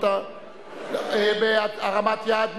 בהרמת יד.